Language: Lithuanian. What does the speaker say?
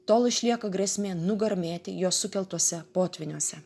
tol išlieka grėsmė nugarmėti jos sukeltuose potvyniuose